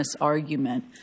argument